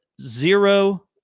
zero